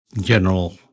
general